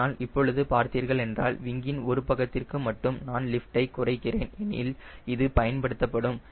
ஆனால் இப்பொழுது பார்த்தீர்களென்றால் விங்கின் ஒரு பக்கத்திற்கு மட்டும் நான் லிஃப்டை குறைக்கிறேன் எனில் இது பயன்படுத்தப்படும்